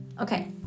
Okay